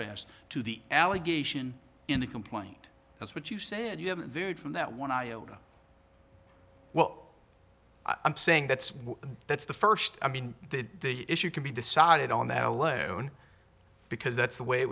arrest to the allegation in the complaint that's what you said you have varied from that one iota well i'm saying that's that's the first i mean the issue can be decided on that alone because that's the way